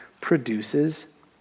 produces